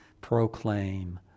proclaim